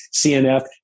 cnf